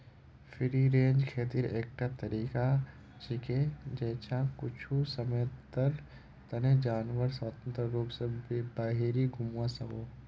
free range खेतीर एकटा तरीका छिके जैछा कुछू समयर तने जानवर स्वतंत्र रूप स बहिरी घूमवा सख छ